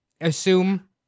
assume